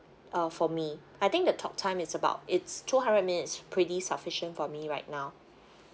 uh for me I think the talk time it's about it's two hundred minutes pretty sufficient for me right now